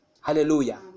hallelujah